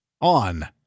on